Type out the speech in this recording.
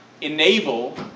enable